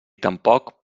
tampoc